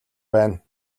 байна